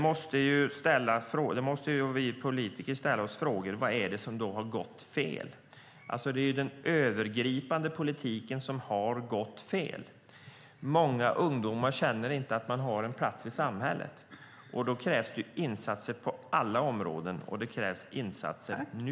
Vi politiker måste då ställa oss frågor. Vad är det som har gått fel? Det är den övergripande politiken som har gått fel. Många ungdomar känner inte att de har en plats i samhället. Då krävs det insatser på alla områden, och det krävs insatser nu.